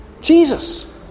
Jesus